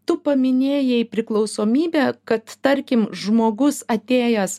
tu paminėjai priklausomybę kad tarkim žmogus atėjęs